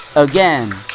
again,